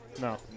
No